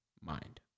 Mind